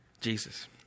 Jesus